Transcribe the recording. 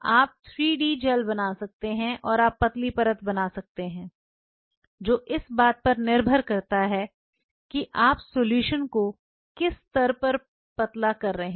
आप 3 D gel बना सकते हैं और आप पतली परत बना सकते हैं जो इस बात पर निर्भर करता है कि आप सोलुशन को किस स्तर पर पतला कर रहे हैं